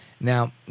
Now